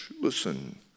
listen